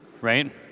Right